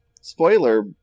spoiler